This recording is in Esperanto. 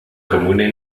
komune